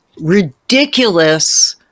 ridiculous